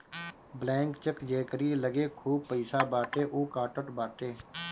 blank cheque जेकरी लगे खूब पईसा बाटे उ कटात बाटे